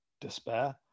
despair